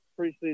preseason